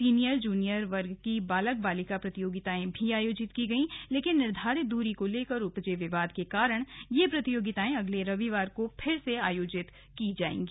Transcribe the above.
senior junior वर्ग की बालक बालिका प्रतियोगिता भी हुई लेकिन निर्धारित दूरी को लेकर उपजे विवाद के कारा ये प्रतियोगिता अगले रविवार को आयोजित की जाएंगी